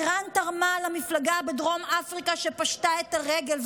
איראן תרמה למפלגה בדרום אפריקה שפשטה את הרגל,